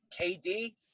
KD